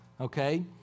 okay